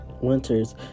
Winters